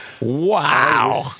Wow